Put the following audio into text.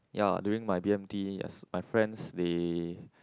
ya during my b_m_t as my friends they